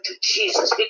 Jesus